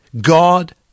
God